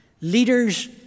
Leaders